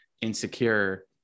insecure